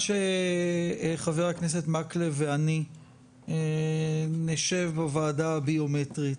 חבר כנסת מקלב ואני נשב בוועדה הביומטרית.